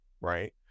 right